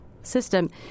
system